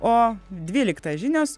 o dvyliktą žinios